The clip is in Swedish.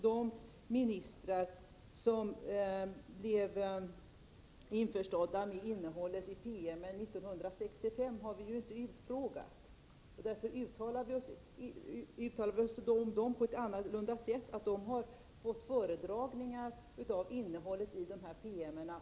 De ministrar som blev införstådda med innehållet i promemoriorna 1965 har vi däremot inte utfrågat. Därför uttalar vi oss på ett annat sätt om dem: De har fått föredragningar av innehållet i promemoriorna.